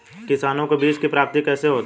किसानों को बीज की प्राप्ति कैसे होती है?